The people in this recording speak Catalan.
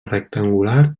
rectangular